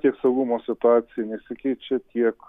tiek saugumo situacija nesikeičia tiek